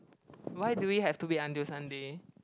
why do we have to wait until Sunday